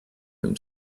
him